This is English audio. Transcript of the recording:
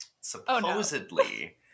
Supposedly